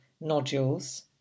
nodules